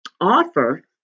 offer